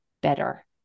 better